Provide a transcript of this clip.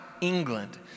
England